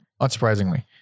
Unsurprisingly